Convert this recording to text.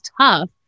tough